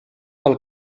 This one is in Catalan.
pel